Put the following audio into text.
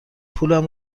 پولم